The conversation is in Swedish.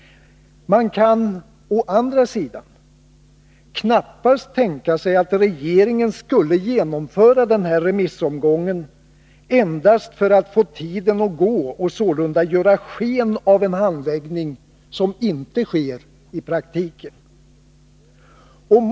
Man kan å andra sidan knappast tänka sig att regeringen skulle genomföra den här remissomgången endast för att få tiden att gå och sålunda ge sken av en handläggning som i praktiken inte sker.